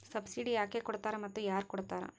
Subsidy ಯಾಕೆ ಕೊಡ್ತಾರ ಮತ್ತು ಯಾರ್ ಕೊಡ್ತಾರ್?